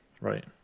right